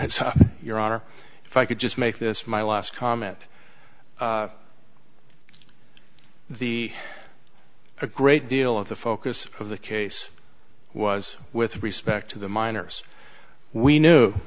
your honor if i could just make this my last comment the a great deal of the focus of the case was with respect to the miners we knew